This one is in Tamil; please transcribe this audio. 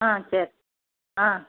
ஆ சரி ஆ